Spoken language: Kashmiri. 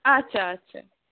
اَچھا اَچھا